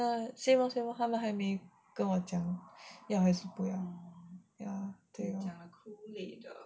ya same also 他们还没有跟我讲要还是不要 ya 对